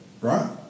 right